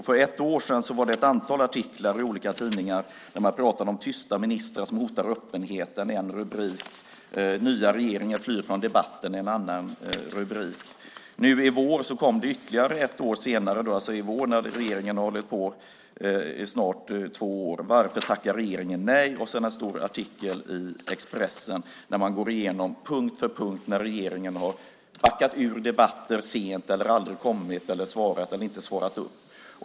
För ett år sedan var det ett antal artiklar i olika tidningar, och där pratade man om att "Tysta ministrar hotar öppenheten", som var en rubrik. "Nya regeringen flyr från debatten" var en annan rubrik. Nu i vår, när regeringen hållit på i snart två år, kom det ytterligare: "Varför tackar regeringen nej?" Sedan var det en stor artikel i Expressen där man går igenom punkt för punkt när regeringen har backat ur debatter sent, aldrig kommit, aldrig svarat eller inte svarat upp.